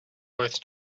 worth